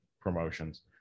promotions